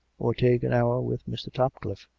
or take an hour with mr. topcliflfe,